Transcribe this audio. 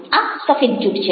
આ સફેદ જૂઠ છે